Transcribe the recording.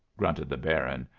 grunted the baron.